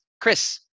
Chris